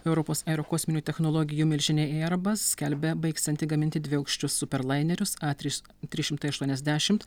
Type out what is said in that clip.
europos aerokosminių technologijų milžinė airbus skelbia baigsianti gaminti dviaukščius super lainerius a trys trys šimtai aštuoniasdešimt